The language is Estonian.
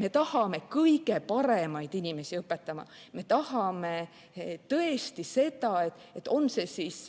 Me tahame õpetama kõige paremaid inimesi. Me tahame tõesti seda, et on need siis